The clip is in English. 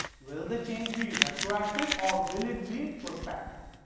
will the change be retroactive, or will it be prospective?